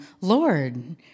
Lord